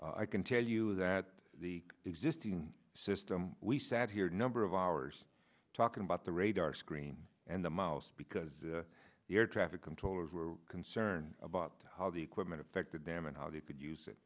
developed i can tell you that the existing system we sat here number of hours talking about the radar screen and the mouse because the air traffic controllers were concerned about how the equipment affected them and how they could use it